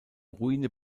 ruine